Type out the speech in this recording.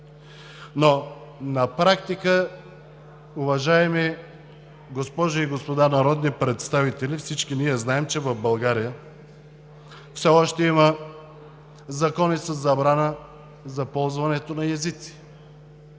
но на практика, уважаеми госпожи и господа народни представители, всички ние знаем, че в България все още има закони със забрана за ползването на езици,